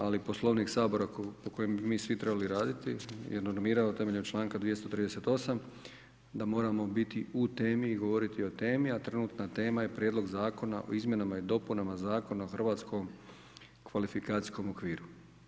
Ali Poslovnik Sabora po kojem bi mi svi trebali raditi je normirao temeljem članka 238. da moramo biti u temi i govoriti o temi, a trenutna tema je Prijedlog zakona o izmjenama i dopunama Zakona o Hrvatskom kvalifikacijskom okviru.